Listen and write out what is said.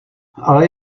ale